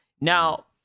Now